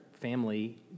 Family